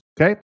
Okay